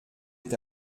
est